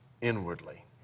inwardly